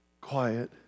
quiet